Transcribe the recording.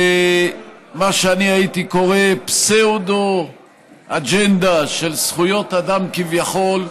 ומה שאני הייתי קורא פסאודו-אג'נדה של זכויות אדם כביכול,